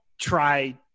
try